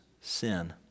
sin